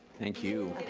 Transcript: thank you.